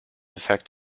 effect